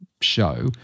show